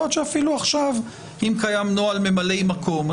אם קיים נוהל ממלאי מקום,